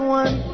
one